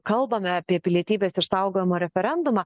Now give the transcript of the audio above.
kalbame apie pilietybės išsaugojimo referendumą